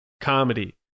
comedy